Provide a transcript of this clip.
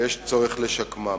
ויש צורך לשקמם.